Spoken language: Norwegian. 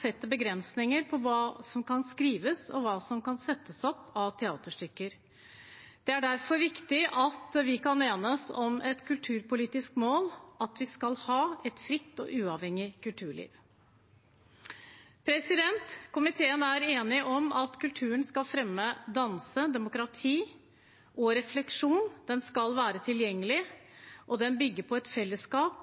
setter begrensninger for hva som kan skrives, og hva som kan settes opp av teaterstykker. Det er derfor viktig at vi kan enes om et kulturpolitisk mål: at vi skal ha et fritt og uavhengig kulturliv. Komiteen er enig om at kulturen skal fremme dannelse, demokrati og refleksjon, den skal være tilgjengelig, den bygger på fellesskap,